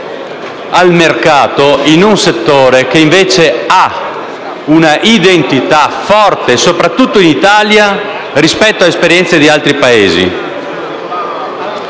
al mercato, in un settore che invece ha un'identità forte, soprattutto in Italia, rispetto a esperienze di altri Paesi.